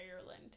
ireland